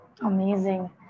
Amazing